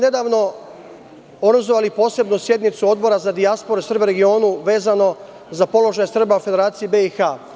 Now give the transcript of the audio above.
Nedavno smo organizovali posebnu sednicu Odbora za dijasporu i Srbe u regionu vezano za položaj Srba u Federaciji BiH.